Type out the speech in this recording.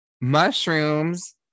Mushrooms